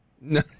no